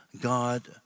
God